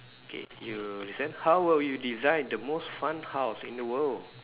okay you listen how will you design the most fun house in the world